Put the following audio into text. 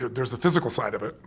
there's the physical side of it,